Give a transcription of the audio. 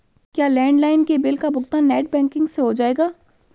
क्या लैंडलाइन के बिल का भुगतान नेट बैंकिंग से हो जाएगा?